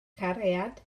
cariad